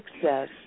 success